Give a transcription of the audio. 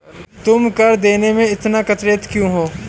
तुम कर देने में इतना कतराते क्यूँ हो?